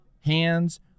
Hands